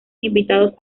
invitados